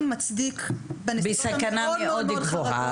מצדיק בנסיבות המאוד מאוד חריגות- -- בסכנה מאוד גבוהה.